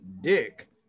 dick